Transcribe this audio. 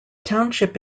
township